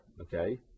okay